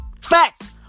Facts